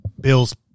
Bills